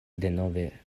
denove